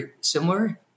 similar